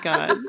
God